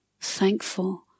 Thankful